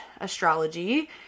astrology